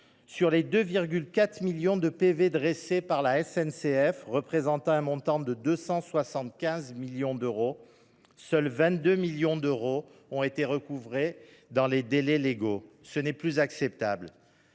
Sur 2,4 millions de procès verbaux dressés par la SNCF, représentant un montant de 275 millions d’euros, seuls 22 millions d’euros ont été recouvrés dans les délais légaux. Voilà qui n’est plus acceptable